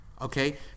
okay